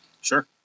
Sure